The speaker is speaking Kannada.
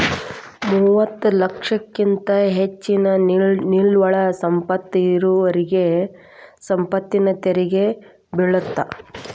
ಮೂವತ್ತ ಲಕ್ಷಕ್ಕಿಂತ ಹೆಚ್ಚಿನ ನಿವ್ವಳ ಸಂಪತ್ತ ಇರೋರಿಗಿ ಸಂಪತ್ತಿನ ತೆರಿಗಿ ಬೇಳತ್ತ